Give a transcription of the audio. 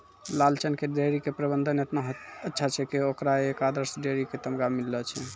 लालचन के डेयरी के प्रबंधन एतना अच्छा छै कि होकरा एक आदर्श डेयरी के तमगा मिललो छै